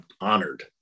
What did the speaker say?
honored